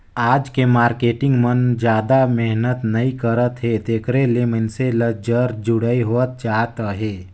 आज के मारकेटिंग मन जादा मेहनत नइ करत हे तेकरे ले मइनसे मन ल जर जुड़ई होवत जात अहे